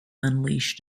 unleashed